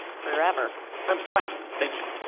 forever i'm fine, thank you.